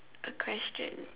a question